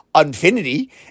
Infinity